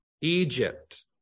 Egypt